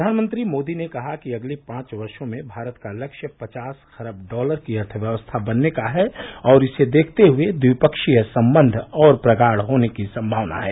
प्रधानमंत्री मोदी ने कहा कि अगले पांच वर्षो में भारत का लक्ष्य पचास खरब डॉलर की अर्थव्यवस्था बनने का है और इसे देखते हुए द्विपक्षीय संबंध और प्रगाढ़ होने की संभावना है